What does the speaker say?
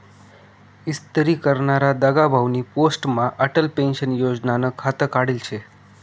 इस्तरी करनारा दगाभाउनी पोस्टमा अटल पेंशन योजनानं खातं काढेल शे